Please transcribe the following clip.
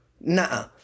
Nah